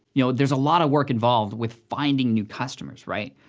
you know, there's a lotta work involved with finding new customers, right?